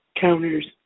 counters